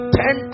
ten